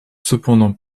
cependant